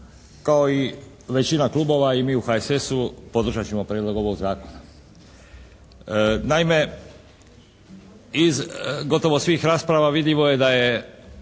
kao i većina klubova i mi u HSS-u podržati ćemo prijedlog ovog zakona. Naime, iz gotovo svih rasprava vidljivo je da je